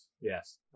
Yes